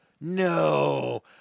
No